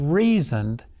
reasoned